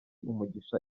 umugisha